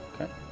Okay